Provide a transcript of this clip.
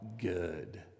good